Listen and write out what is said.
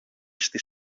στη